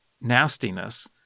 nastiness